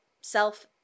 self